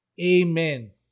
Amen